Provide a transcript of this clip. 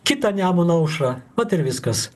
kitą nemuno aušrą vat ir viskas